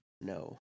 no